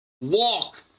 Walk